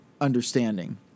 understanding